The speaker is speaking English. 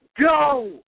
go